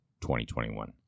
2021